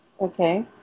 Okay